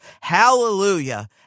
hallelujah